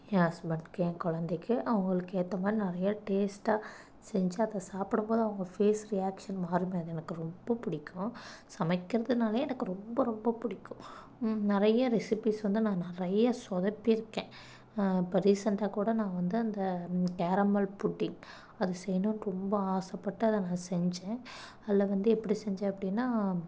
என் ஹஸ்பண்ட்க்கு என் குழந்தைக்கி அவங்களுக்கு ஏத்தமாதிரி நிறையா டேஸ்ட்டாக செஞ்சு அதை சாப்பிடம்போது அவங்க ஃபேஸ் ரியாக்ஷன் மாறுமே அது எனக்கு ரொம்ப பிடிக்கும் சமைக்கிறதுனாலே எனக்கு ரொம்ப ரொம்ப பிடிக்கும் நிறைய ரெசிப்பிஸ் வந்து நான் நிறைய சொதப்பியிருக்கேன் இப்போ ரீசென்டாக கூட நான் வந்து அந்த கேரமல் புட்டிக் அது செய்யணும் ரொம்ப ஆசைப்பட்டு அதை நான் செஞ்சேன் அதில் வந்து எப்படி செஞ்சேன் அப்படின்னா